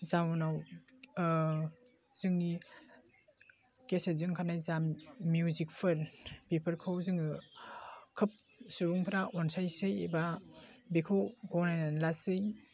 जाउनाव जोंनि केसेटजों ओंखारनाय जा मिउजिकफोर बेफोरखौ जोङो खोब सुबुंफ्रा अनसायसै एबा बेखौ गनायनानै लासै